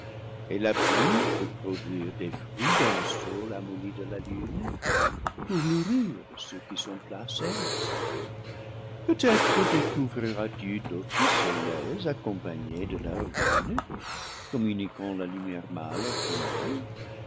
et la pluie peut produire des fruits dans le sol amolli de la lune pour nourrir ceux qui sont placés là peut-être découvriras tu d'autres soleils accompagnés de leurs lunes communiquant la lumière mâle et femelle